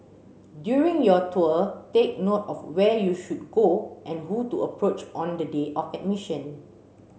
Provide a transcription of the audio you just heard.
during your tour take note of where you should go and who to approach on the day of admission